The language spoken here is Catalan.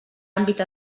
àmbit